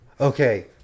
Okay